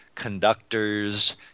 conductors